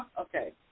Okay